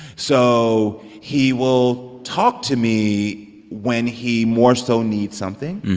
so he will talk to me when he more so needs something.